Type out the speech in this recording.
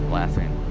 laughing